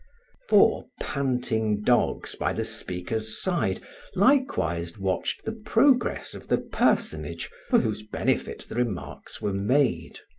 four panting dogs by the speaker's side likewise watched the progress of the personage for whose benefit the remarks were made.